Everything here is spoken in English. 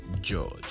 George